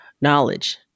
knowledge